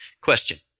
question